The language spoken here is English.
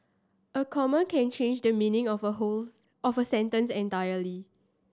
a comma can change the meaning of a whole of a sentence entirely